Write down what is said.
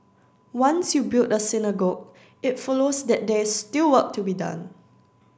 once you build a synagogue it follows that they still work to be done